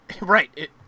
Right